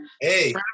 hey